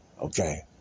Okay